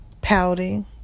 pouting